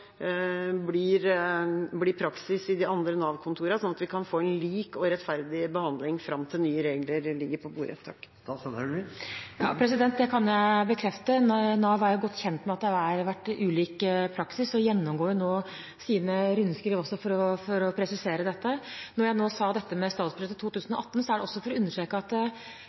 blir praksis ved de andre Nav-kontorene, slik at vi kan få en lik og rettferdig behandling fram til nye regler ligger på bordet? Ja, det kan jeg bekrefte. Nav er godt kjent med at det har vært ulik praksis, og gjennomgår nå sine rundskriv for å presisere dette. Da jeg sa dette med statsbudsjettet for 2018, er det også for å understreke at